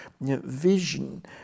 vision